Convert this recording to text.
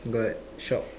got shop